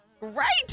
right